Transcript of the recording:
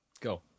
Go